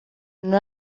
vision